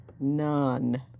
None